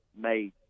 made